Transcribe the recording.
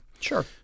Sure